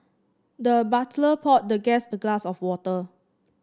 the butler poured the guest a glass of water